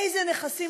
איזה נכסים.